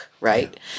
right